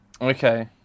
Okay